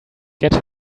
get